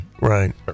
Right